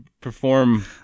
perform